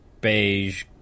beige